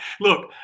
Look